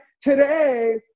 Today –